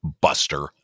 Buster